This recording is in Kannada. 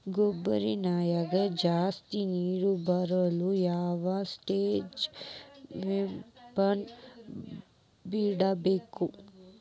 ಬೋರಿನ್ಯಾಗ ಜಾಸ್ತಿ ನೇರು ಬರಲು ಯಾವ ಸ್ಟೇಜ್ ಮೋಟಾರ್ ಬಿಡಬೇಕು?